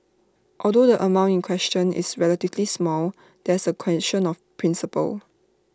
although the amount in question is relatively small there's the question of principle